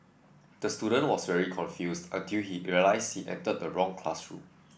the student was very confused until he realised he entered the wrong classroom